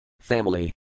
Family